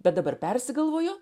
bet dabar persigalvojo